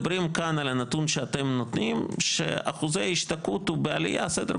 הנתונים מוכיחים שלא מתמרצת באופן שלילי את הבעייתיים.